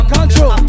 Control